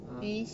ah